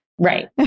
Right